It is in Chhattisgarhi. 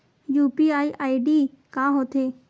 यू.पी.आई आई.डी का होथे?